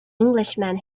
englishman